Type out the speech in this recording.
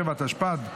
37), התשפ"ד 2024,